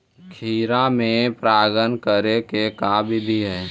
खिरा मे परागण करे के का बिधि है?